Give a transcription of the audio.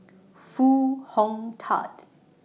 Foo Hong Tatt